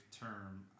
term